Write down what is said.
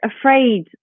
afraid